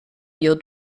your